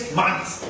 months